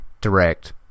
Direct